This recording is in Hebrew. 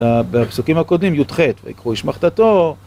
בפסוקים הקודמים, י"ח, "ויקחו איש מחתתו"